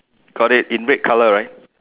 got it in red colour right